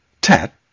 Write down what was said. Tat